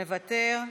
מוותר,